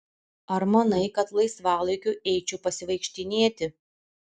ar manai kad laisvalaikiu eičiau pasivaikštinėti